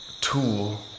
tool